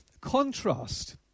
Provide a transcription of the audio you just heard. contrast